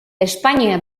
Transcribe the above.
espainia